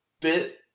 bit